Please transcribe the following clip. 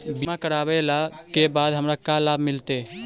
बीमा करवला के बाद हमरा का लाभ मिलतै?